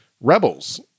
Rebels